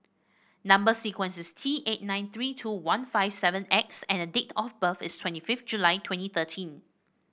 number sequence is T eight nine three two one five seven X and date of birth is twenty fifth July twenty thirteen